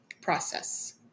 process